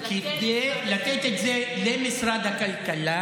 לתת, כדי לתת את זה למשרד הכלכלה,